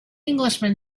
englishman